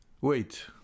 Wait